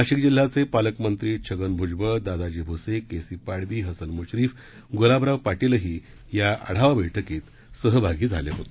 नाशिक जिल्ह्याचे पालकमंत्री Chhagan Bhujbal Dadaji Bhuse K C Padvi Hasan Mushrif Gulabrao पाटीलही या आढावा बैठकीत सहभागी झाले होते